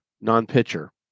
non-pitcher